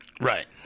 Right